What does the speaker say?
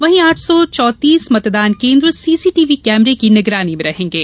वहीं आठ सौ चौंतीस मतदान केन्द्र सीसीटीवी कैमरा की निगरानी में रहेंगे